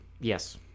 Yes